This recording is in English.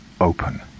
open